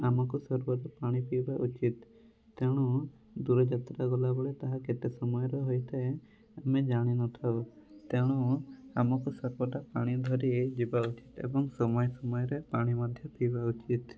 ଆମକୁ ସର୍ବଦା ପାଣି ପିଇବା ଉଚିତ୍ ତେଣୁ ଦୂରଯାତ୍ରା ଗଲାବେଳେ ତାହା କେତେ ସମୟର ହୋଇଥାଏ ଆମେ ଜାଣି ନଥାଉ ତେଣୁ ଆମକୁ ସର୍ବଦା ପାଣି ଧରି ଯିବା ଉଚିତ୍ ଏବଂ ସମୟ ସମୟରେ ପାଣି ମଧ୍ୟ ପିଇବା ଉଚିତ୍